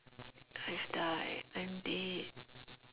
I've died I'm dead